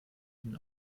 den